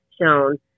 shown